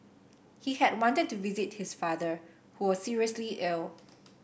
he had wanted to visit his father who was seriously ill